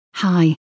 Hi